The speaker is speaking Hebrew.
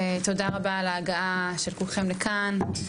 ותודה רבה על ההגעה של כולכם לכאן.